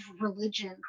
religion